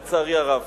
לצערי הרב.